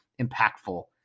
impactful